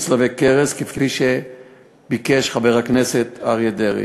צלבי קרס כפי שביקש חבר הכנסת אריה דרעי.